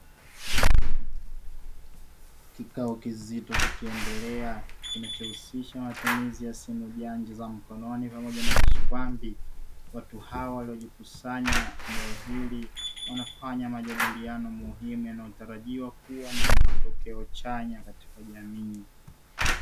Kikao kizito kikiendelea kinachohusisha matumizi ya simu janja za mkononi pamoja na kishikwambi, watu hawa waliojikusanya eneo hili wanafanya majadiliano muhimu yanayotarajiwa kuwa na matokeo chanya katika jamii.